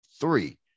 Three